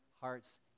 hearts